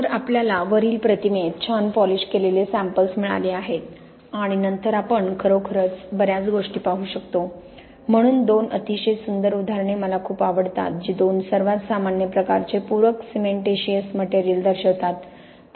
तर आपल्याला वरील प्रतिमेत छान पॉलिश केलेले सॅम्पल्स मिळाले आहेत आणि नंतर आपण खरोखरच बर्याच गोष्टी पाहू शकतो म्हणून दोन अतिशय सुंदर उदाहरणे मला खूप आवडतात जी दोन सर्वात सामान्य प्रकारचे पूरक सिमेंटीशिअस मटेरियल दर्शवतात